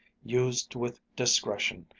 used with discretion,